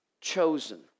chosen